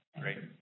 Great